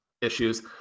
issues